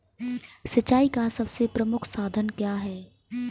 सिंचाई का सबसे प्रमुख साधन क्या है?